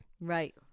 right